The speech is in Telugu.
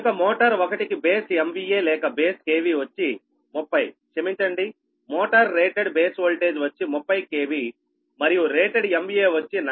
కనుక మోటార్ 1 కి బేస్ MVA లేక బేస్ KV వచ్చి 30 క్షమించండి మోటర్ రేటెడ్ బేస్ ఓల్టేజ్ వచ్చి 30 KV మరియు రేటెడ్ MVA వచ్చి 40